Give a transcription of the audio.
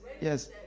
yes